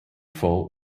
froh